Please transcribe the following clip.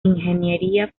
ingeniería